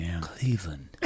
Cleveland